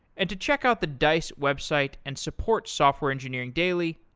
and to check out the dice website and support software engineering daily,